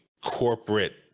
corporate